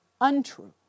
untrue